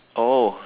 oh